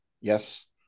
Yes